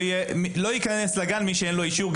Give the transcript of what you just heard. לא ייכנס לגן מי שאין לו אישור.